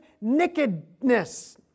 nakedness